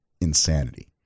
insanity